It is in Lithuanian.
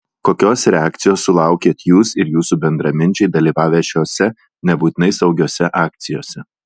kokios reakcijos sulaukėt jūs ir jūsų bendraminčiai dalyvavę šiose nebūtinai saugiose akcijose